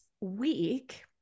week